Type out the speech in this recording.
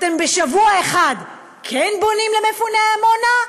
אתם בשבוע אחד כן בונים למפוני עמונה,